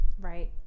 Right